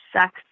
sex